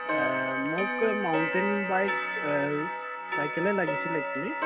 মোক mountain bike চাইকেলেই লাগিছিলে এক্সোৱেলী